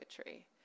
tree